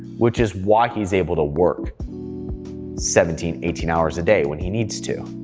which is why he's able to work seventeen, eighteen hours a day when he needs to.